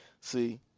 See